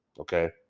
okay